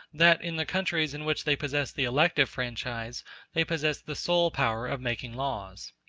that in the countries in which they possess the elective franchise they possess the sole power of making laws.